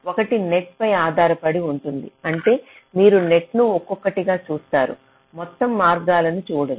ఒకటి నెట్ పై ఆధారపడి ఉంటుంది అంటే మీరు నెట్ ను ఒక్కొక్కటిగా చూస్తారు మొత్తం మార్గాలను చూడరు